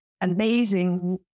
amazing